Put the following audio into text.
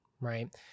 right